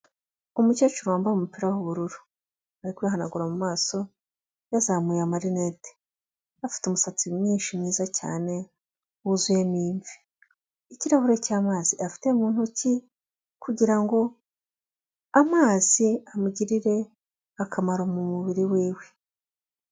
Umukecuru wambaye umupira w'ubururu ari kwihanagura mu maso yazamuye amarinete, afite umusatsi mwinshi mwiza cyane wuzuyemo imvi, ikirahure cy'amazi afite mu ntoki kugirango amazi amugirire akamaro mu mubiri wiwe.